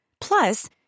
Plus